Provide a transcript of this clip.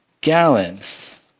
gallons